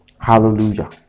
hallelujah